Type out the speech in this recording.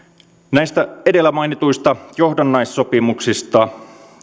näistä edellä mainituista johdannaissopimuksista